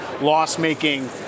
loss-making